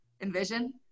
envision